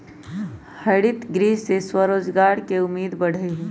हरितगृह से स्वरोजगार के उम्मीद बढ़ते हई